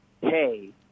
hey